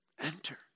Enter